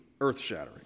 earth-shattering